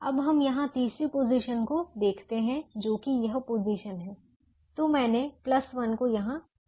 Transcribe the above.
अब हम यहां तीसरी पोजीशन को देखते हैं जो कि यह पोजीशन है तो मैंने 1 को यहां रखता हूं